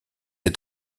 est